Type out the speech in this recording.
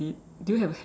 do you have a hat